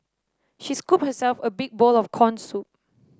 she scooped herself a big bowl of corn soup